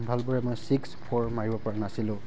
ভালদৰে মই six four মাৰিব পৰা নাছিলোঁ